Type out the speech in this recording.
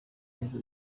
yaheze